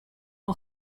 who